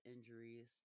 injuries